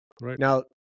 Now